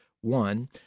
One